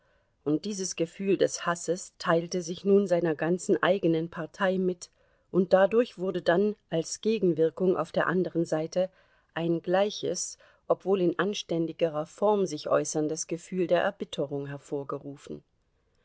und dieses gefühl des hasses teilte sich nun seiner ganzen eigenen partei mit und dadurch wurde dann als gegenwirkung auf der anderen seite ein gleiches obwohl in anständigerer form sich äußerndes gefühl der erbitterung hervorgerufen